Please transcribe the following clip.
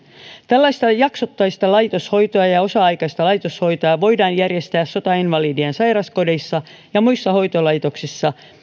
tällaista jaksottaista laitoshoitoa ja ja osa aikaista laitoshoitoa voidaan järjestää sotainvali dien sairaskodeissa ja muissa hoitolaitoksissa